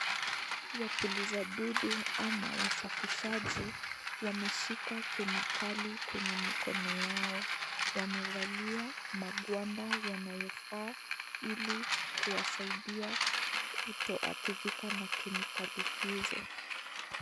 Wapuliza dudu ama wasafishaji wameshika kemikali kwenye mikono yao , wamevalia magwanda yanayofaa ili kuwasaidia kutoadhirika na kemikali hizo.